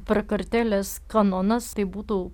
prakartėlės kanonas tai būtų